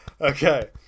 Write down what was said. Okay